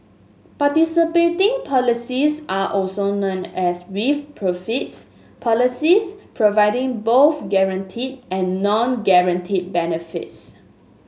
participating policies are also known as with profits policies providing both guaranteed and non guaranteed benefits